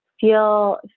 feel